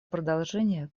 продолжение